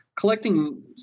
collecting